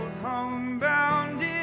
Homebound